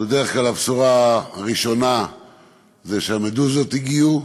בדרך כלל הבשורה הראשונה זה שהמדוזות הגיעו,